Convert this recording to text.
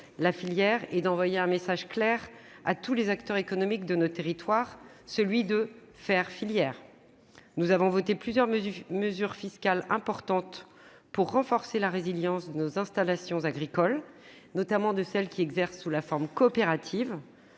la filière et d'envoyer un message clair à tous les acteurs économiques de nos territoires :« faire filière ». Nous avons voté plusieurs mesures fiscales importantes pour renforcer la résilience de nos installations agricoles, notamment celles qui exercent sous la forme de coopératives.